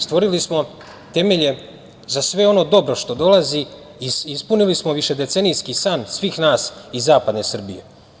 Stvorili smo temelje za sve ono dobro što dolazi, ispunili smo višedecenijski san svih nas iz zapadne Srbije.